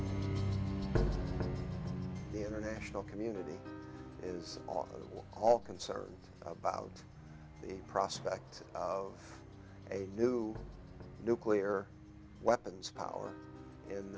syria the international community is on all concerned about the prospect of a new nuclear weapons power in